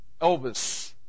Elvis